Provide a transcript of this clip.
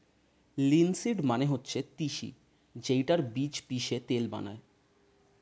linseed মানে হচ্ছে তিসি যেইটার বীজ পিষে তেল বানায়